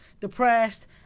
depressed